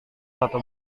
satu